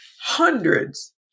hundreds